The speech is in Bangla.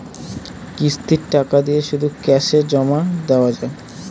কিস্তির টাকা দিয়ে শুধু ক্যাসে জমা দেওয়া যায়?